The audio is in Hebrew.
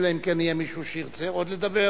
אלא אם כן יהיה מישהו שירצה עוד לדבר,